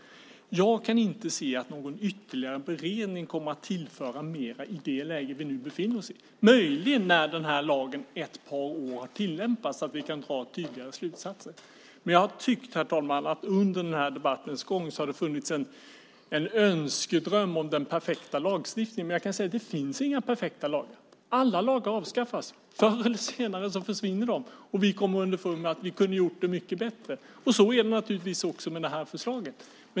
Jag kan inte se att någon ytterligare beredning kommer att tillföra mer i det läge vi nu befinner oss i. Möjligen kan vi när den här lagen har tillämpats i ett par år dra tydligare slutsatser. Herr talman! Under debattens gång har det funnits en önskedröm om den perfekta lagstiftningen. Det finns inga perfekta lagar. Alla lagar avskaffas. Förr eller senare försvinner de, och vi kommer underfund med att vi kunde ha gjort det mycket bättre. Så är det naturligtvis också med det här förslaget.